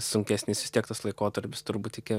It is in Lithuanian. sunkesnis vis tiek tas laikotarpis turbūt iki